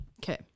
Okay